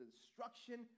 destruction